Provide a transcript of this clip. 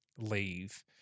leave